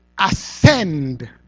ascend